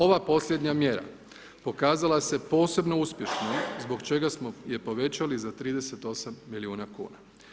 Ova posljednja mjera pokazala se posebno uspješnom zbog čega smo je povećali za 38 milijuna kuna.